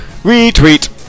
Retweet